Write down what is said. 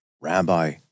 rabbi